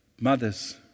Mothers